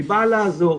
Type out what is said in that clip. היא באה לעזור.